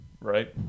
right